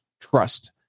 trust